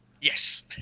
Yes